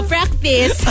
Practice